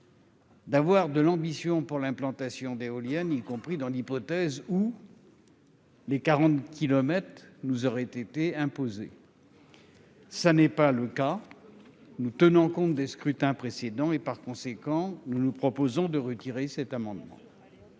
D'avoir de l'ambition pour l'implantation d'éoliennes, y compris dans l'hypothèse où. Les 40 kilomètres nous aurait été imposé. ça n'est pas le cas, nous tenons compte des scrutins précédents et par conséquent nous nous proposons de retirer cet amendement.